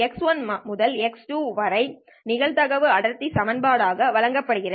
x1 முதல் x2 வரை நிகழ்தகவு அடர்த்தி செயல்பாடு ஆக வழங்கப்படுகிறது